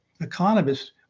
economist